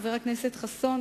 חבר הכנסת חסון,